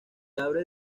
abre